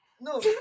No